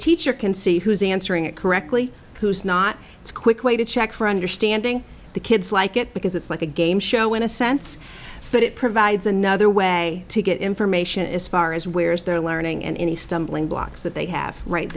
teacher can see who's answering it correctly who's not it's a quick way to check for understanding the kids like it because it's like a game show in a sense but it provides another way to get information as far as where is their learning and any stumbling blocks that they have right